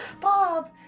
Bob